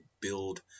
build